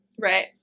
Right